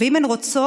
ואם הן רוצות,